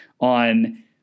on